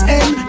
end